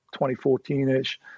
2014-ish